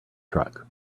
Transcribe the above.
truck